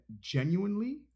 genuinely